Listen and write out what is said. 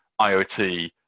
IoT